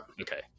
Okay